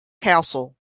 castle